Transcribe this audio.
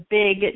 big